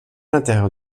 l’intérieur